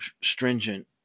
stringent